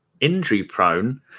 Injury-prone